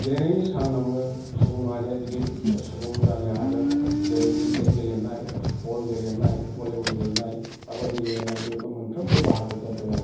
गेलेनायनि जाहोनावनो सुबुं माहारिया गिदिर सुबुं जानो हादों जेरै क्रिकेट गेलेनाय बल गेलेनाय भलिबल गेलेनाय खाबादि गेलेनाय बेबो मोनफ्रोमबो बाहागोफोर दङ